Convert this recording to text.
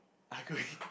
ugly